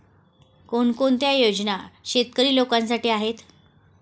कोणकोणत्या योजना शेतकरी लोकांसाठी आहेत?